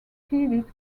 pleaded